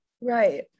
Right